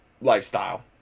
lifestyle